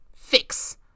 fix